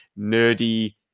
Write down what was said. Nerdy